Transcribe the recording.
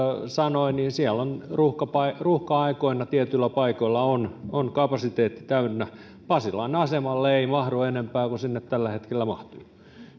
sanoi siellä on ruuhka ruuhka aikoina tietyillä paikoilla kapasiteetti täynnä pasilan asemalle ei mahdu enempää kuin sinne tällä hetkellä mahtuu